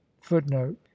footnote